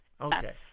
Okay